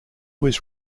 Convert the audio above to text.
was